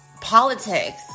politics